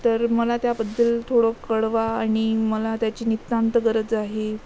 तर मला त्याबद्दल थोडं कळवा आणि मला त्याची नितांत गरज आहे